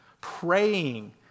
praying